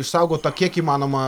išsaugot tą kiek įmanoma